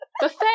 Buffet